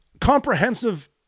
comprehensive